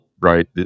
right